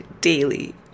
daily